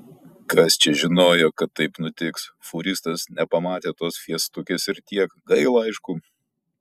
kas čia žinojo kad taip nutiks fūristas nepamatė tos fiestukės ir tiek gaila aišku